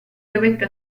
dovette